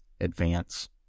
Advance